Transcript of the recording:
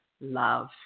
love